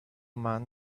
man